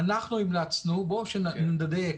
אנחנו המלצנו שנדייק.